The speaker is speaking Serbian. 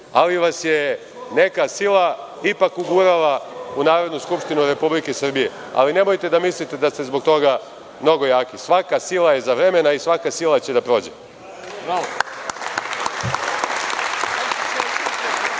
ali vas je neka sila ipak ugurala u Narodnu Skupštinu Republike Srbije, ali nemojte da mislite da ste zbog toga mnogo jaki. Svaka sila je za vremena i svaka sila će da prođe.